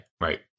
right